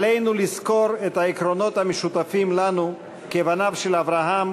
עלינו לזכור את העקרונות המשותפים לנו כבניו של אברהם,